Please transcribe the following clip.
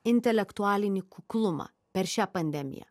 intelektualinį kuklumą per šią pandemiją